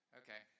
okay